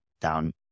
down